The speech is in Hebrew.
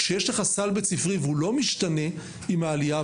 כשיש לך סל בית ספרי והוא לא משתנה עם העלייה,